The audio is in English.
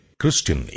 Christian